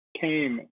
came